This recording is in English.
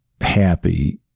happy